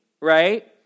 right